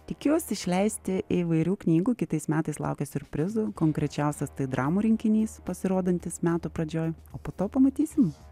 tikiuosi išleisti įvairių knygų kitais metais laukia siurprizų konkrečiausias tai dramų rinkinys pasirodantis metų pradžioj o po to pamatysim